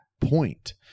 point